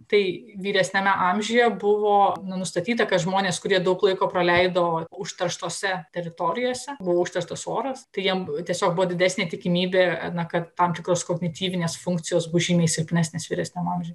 tai vyresniame amžiuje buvo nustatyta kad žmonės kurie daug laiko praleido užterštose teritorijose buvo užterštas oras tai jiem tiesiog buvo didesnė tikimybėana kad tam tikros kognityvinės funkcijos bus žymiai silpnesnės vyresniam amžiui